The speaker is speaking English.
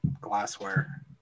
glassware